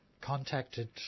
contacted